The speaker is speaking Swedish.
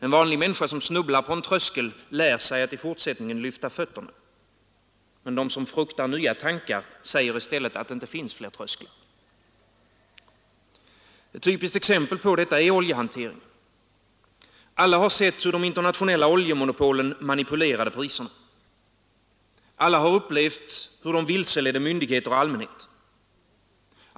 En vanlig människa, som snubblar på en tröskel, lär sig att i fortsättningen lyfta fötterna. Men de som fruktar nya tankar säger i stället att det inte finns fler trösklar. Ett typiskt exempel på detta är oljehanteringen. Alla har sett hur de internationella oljemonopolen manipulerade med priserna. Alla har upplevt hur de vilseledde myndigheter och allmänhet.